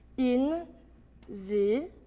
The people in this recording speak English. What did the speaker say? in the